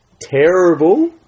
terrible